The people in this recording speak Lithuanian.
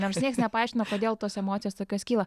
nors nieks nepaaiškino kodėl tos emocijos tokios kyla